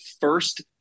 first